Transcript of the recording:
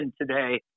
today